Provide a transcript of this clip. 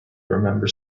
remember